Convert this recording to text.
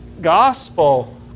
gospel